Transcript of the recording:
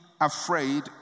afraid